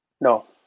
No